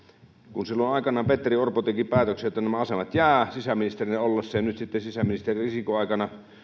kun silloin aikanaan petteri orpo teki päätöksen sisäministerinä ollessaan että nämä asemat jäävät ja nyt sitten sisäministeri risikon aikana